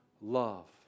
love